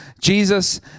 Jesus